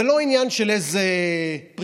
זה לא עניין של איזה פריבילגיה,